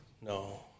No